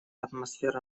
атмосфера